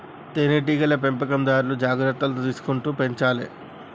తేనె టీగల పెంపకందారు జాగ్రత్తలు తీసుకుంటూ పెంచాలే